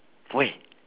where